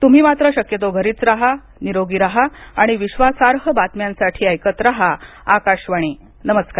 तुम्ही मात्र शक्यतो घरीच राहा निरोगी राहा आणि विश्वासार्ह बातम्यांसाठी ऐकत राहा आकाशवाणी नमस्कार